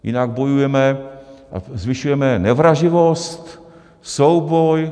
Jinak bojujeme a zvyšujeme nevraživost, souboj.